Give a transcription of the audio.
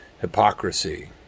Hypocrisy